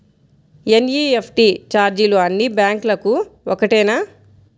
NEFT ఛార్జీలు అన్నీ బ్యాంక్లకూ ఒకటేనా?